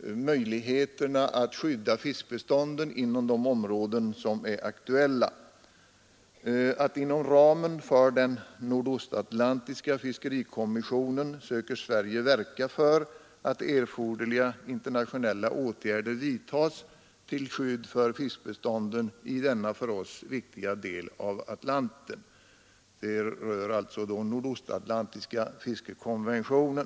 möjligheterna att skydda fiskbestånden inom de områden som är aktuella säger utrikesministern sedan: ”Inom ramen för den nordostatlantiska fiskerikommissionen söker Sverige verka för att erforderliga internationella åtgärder vidtas till skydd för fiskbestånden i denna för oss viktiga del av Atlanten.” Där gäller det alltså nordostatlantiska fiskekonventionen.